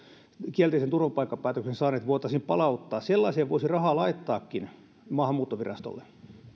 kielteisen turvapaikkapäätöksen saaneet voitaisiin palauttaa sellaiseen voisi rahaa laittaakin maahanmuuttovirastolle